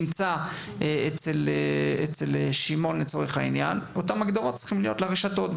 שנמצא אצל שמעון אותן הגדרות צריכות להיות לרשתות,